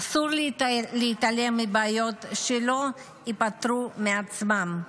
אסור להתעלם מבעיות שלא ייפתרו מעצמן.